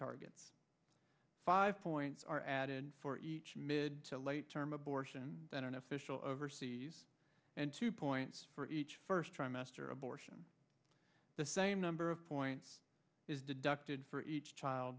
meeting five points are added for each mid to late term abortion beneficial overseas and two points for each first trimester abortion the same number of points is deducted for each child